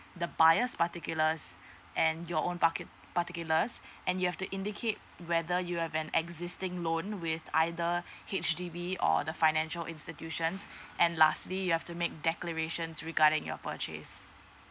the buyer's particulars and your own parci~ particulars and you have to indicate whether you have an existing loan with either H_D_B or the financial institution and lastly you have to make declarations regarding your purchase